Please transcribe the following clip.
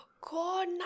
God